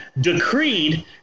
decreed